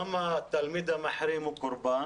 גם התלמיד המחרים הוא קורבן